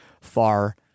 far